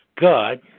God